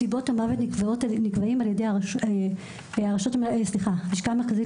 סיבות המוות נקבעים על ידי הלשכה המרכזית